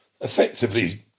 effectively